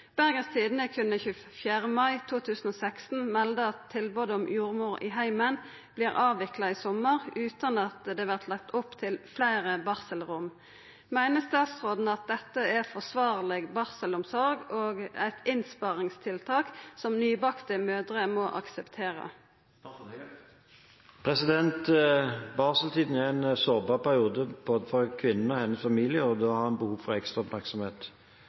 Bergens Tidende kunne 24. mai 2016 melda at tilbodet om «Jordmor i heimen» vert avvikla i sommar, utan at det vert lagt opp til fleire barselrom. Meiner statsråden at dette er forsvarleg barselomsorg og eit innsparingstiltak som nybakte mødrer må akseptera?» Barseltiden er en sårbar periode både for kvinnen og for hennes familie, og de har behov for ekstra oppmerksomhet.